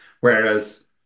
Whereas